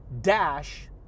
dash